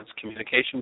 communication